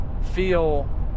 feel